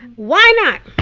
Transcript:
why not?